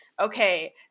okay